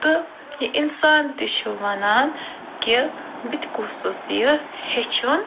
تہٕ یہِ انسان تہِ چھُ ونان کہِ بہٕ تہِ گوٚژھُس یہ ہیٚچھُن